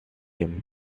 him